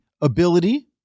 ability